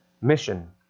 mission